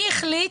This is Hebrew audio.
הם יועצי פרסום.